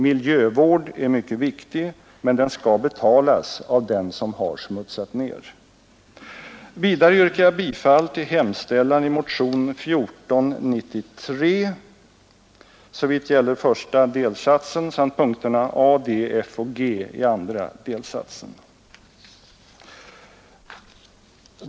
Miljövård är mycket viktig, men den skall betalas av dem som smutsat ner.